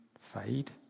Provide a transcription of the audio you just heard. fade